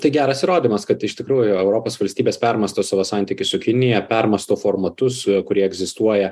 tai geras įrodymas kad iš tikrųjų europos valstybės permąsto savo santykius su kinija permąsto formatus kurie egzistuoja